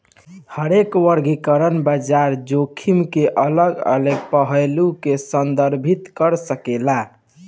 हरेक वर्गीकरण बाजार जोखिम के अलग अलग पहलू के संदर्भित कर सकेला